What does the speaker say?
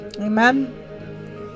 Amen